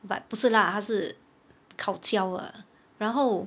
but 不是 lah 它是烤焦了然后